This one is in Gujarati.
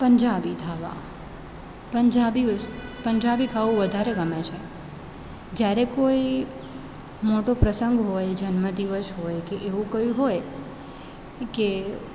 પંજાબી ઢાબા પંજાબી પંજાબી ખાવું વધારે ગમે છે જ્યારે કોઈ મોટો પ્રસંગ હોય જન્મદિવસ હોય કે એવું કંઈ હોય એ કે